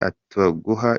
ataguha